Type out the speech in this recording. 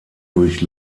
durch